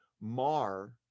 mar